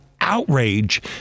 outrage